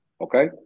Okay